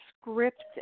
script